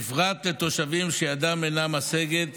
בפרט לתושבים שידם אינה משגת